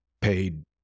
paid